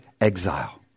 exile